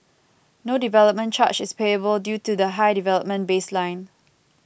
no development charge is payable due to the high development baseline